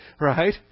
right